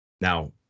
Now